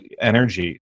energy